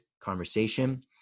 conversation